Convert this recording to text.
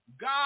God